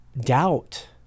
doubt